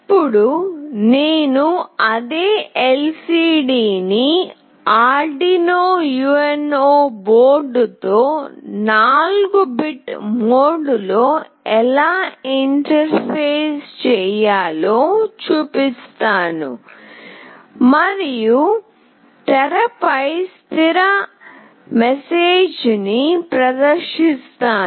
ఇప్పుడు నేను అదే LCD ని ArduinoUNO బోర్డ్తో 4 బిట్మోడ్లో ఎలా ఇంటర్ఫేస్ చేయాలో చూపిస్తాను మరియు తెరపై స్థిర మెసేజ్ని ప్రదర్శిస్తాను